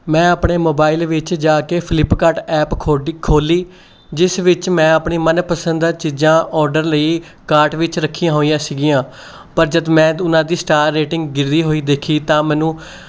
ਮੈਂ ਆਪਣੇ ਮੋਬਾਈਲ ਵਿੱਚ ਜਾ ਕੇ ਫਲਿੱਪਕਾਰਟ ਐਪ ਖੋਡੀ ਖੋਲ੍ਹੀ ਜਿਸ ਵਿੱਚ ਮੈਂ ਆਪਣੇ ਮਨਪਸੰਦੀਦਾ ਚੀਜ਼ਾਂ ਆਰਡਰ ਲਈ ਕਾਰਟ ਵਿੱਚ ਰੱਖੀਆਂ ਹੋਈਆਂ ਸੀਗੀਆਂ ਪਰ ਜਦੋਂ ਮੈਂ ਉਹਨਾਂ ਦੀ ਸਟਾਰ ਰੇਟਿੰਗ ਗਿਰਦੀ ਹੋਈ ਦੇਖੀ ਤਾਂ ਮੈਨੂੰ